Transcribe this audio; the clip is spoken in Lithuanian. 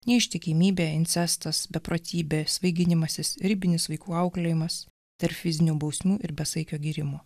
neištikimybė insestas beprotybė svaiginimasis ribinis vaikų auklėjimas tarp fizinių bausmių ir besaikio gėrimo